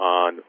on